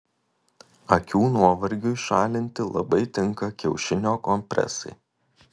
akių nuovargiui šalinti labai tinka kiaušinio kompresai